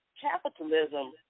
capitalism